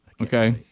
Okay